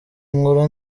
inkuru